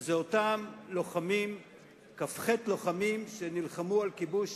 היא אותם כ"ח לוחמים שנלחמו על כיבוש